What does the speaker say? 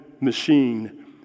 machine